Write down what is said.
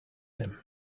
him